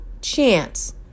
chance